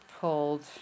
pulled